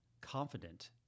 confident